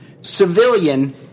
Civilian